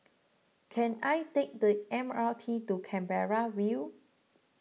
can I take the M R T to Canberra View